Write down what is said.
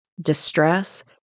distress